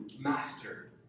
master